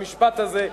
המשפט הזה,